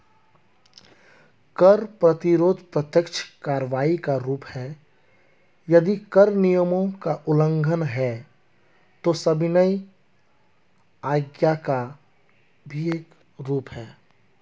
कर प्रतिरोध प्रत्यक्ष कार्रवाई का रूप है, यदि कर नियमों का उल्लंघन है, तो सविनय अवज्ञा का भी एक रूप है